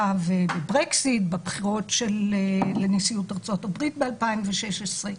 ו --- בבחירות לנשיאות ארצות-הברית ב-2016.